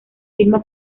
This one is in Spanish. firma